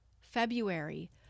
February